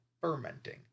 fermenting